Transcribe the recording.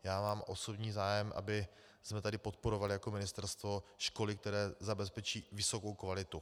Já mám osobní zájem, abychom tady podporovali jako ministerstvo školy, které zabezpečí vysokou kvalitu.